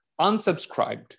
unsubscribed